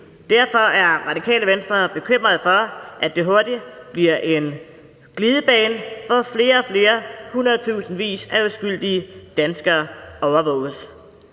Derfor er Radikale Venstre bekymret for, at det hurtigt bliver en glidebane, hvor flere og flere hundredtusindvis af uskyldige danskere overvåges.